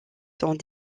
sont